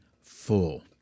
full